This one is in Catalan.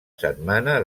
setmana